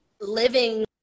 living